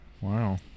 Wow